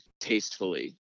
tastefully